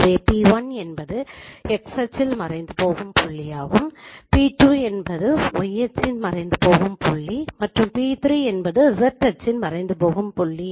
எனவே p1 என்பது X அச்சின் மறைந்துபோகும் புள்ளியாகும் p2 என்பது Y அச்சின் மறைந்து போகும் புள்ளி மற்றும் p3 என்பது Z அச்சின் மறைந்து போகும் புள்ளி